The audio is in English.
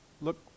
look